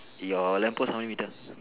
your lamppost how many meter